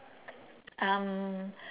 um